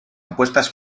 apuestas